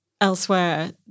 elsewhere